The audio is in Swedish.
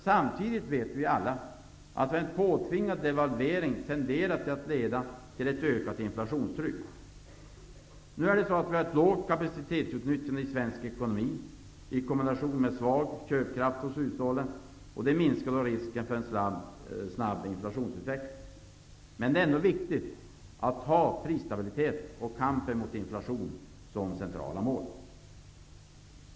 Samtidigt vet vi att en påtvingad devalvering tenderar att leda till ett ökat inflationstryck. Vi har ett lågt kapacitetsutnyttjande i svensk ekonomi i kombination med svag köpkraft hos hushållen, och det minskar risken för en snabb inflationsutveckling. Men det är ändå viktigt att ha prisstabilitet och kamp mot inflationen som centrala mål.